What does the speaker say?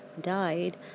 died